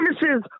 Services